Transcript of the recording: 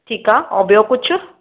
ठीकु आहे ऐं ॿियो कुझु